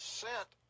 sent